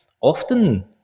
often